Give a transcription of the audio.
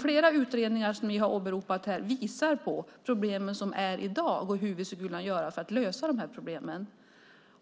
Flera utredningar som ni har åberopat här visar på problemen som finns i dag och hur vi skulle kunna göra för att lösa problemen.